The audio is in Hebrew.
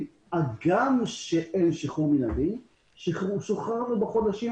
הגם שאין שחרור מינהלי שחררנו בחודשיים